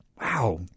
Wow